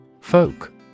Folk